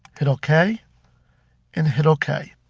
hit ok and hit ok.